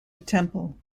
temple